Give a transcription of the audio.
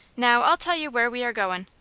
now, i'll tell you where we are goin'.